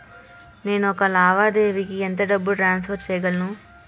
నేను ఒక లావాదేవీకి ఎంత డబ్బు ట్రాన్సఫర్ చేయగలను?